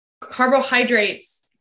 carbohydrates